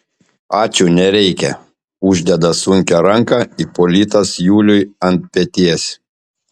ačiū nereikia uždeda sunkią ranką ipolitas juliui ant peties